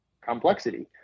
complexity